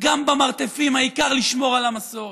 גם במרתפים, העיקר לשמור על המסורת.